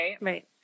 right